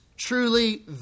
Truly